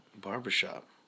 barbershop